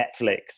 Netflix